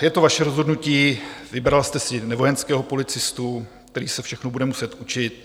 Je to vaše rozhodnutí, vybrala jste si nevojenského policistu, který se všechno bude muset učit.